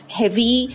heavy